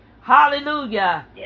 Hallelujah